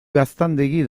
gaztandegi